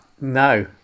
no